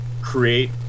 create